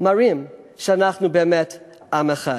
אנחנו מראים שאנחנו באמת עם אחד.